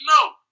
No